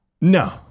No